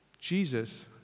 Jesus